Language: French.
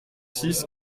six